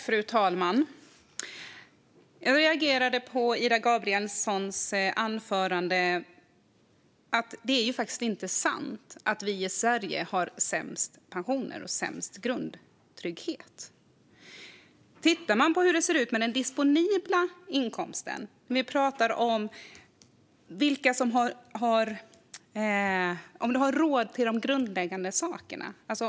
Fru talman! Jag reagerade på Ida Gabrielssons anförande. Det är faktiskt inte sant att vi i Sverige har sämst pensioner och sämst grundtrygghet. Man kan titta på hur det ser ut med den disponibla inkomsten och om pensionärerna har råd med de grundläggande sakerna.